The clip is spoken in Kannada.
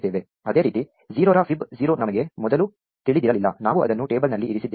ಅದೇ ರೀತಿ 0 ರ ಫೈಬ್ 0 ನಮಗೆ ಮೊದಲು ತಿಳಿದಿರಲಿಲ್ಲ ನಾವು ಅದನ್ನು ಟೇಬಲ್ನಲ್ಲಿ ಇರಿಸಿದ್ದೇವೆ